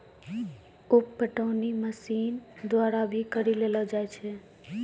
उप पटौनी मशीन द्वारा भी करी लेलो जाय छै